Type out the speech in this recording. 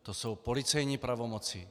To jsou policejní pravomoci.